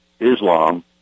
Islam